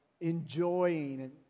enjoying